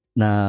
na